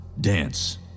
dance